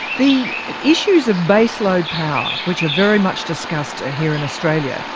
the issues of baseload power, which are very much discussed here in australia,